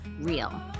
real